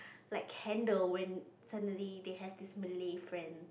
like handle when suddenly they have this Malay friend